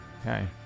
Okay